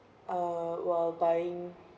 uh while buying